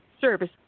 service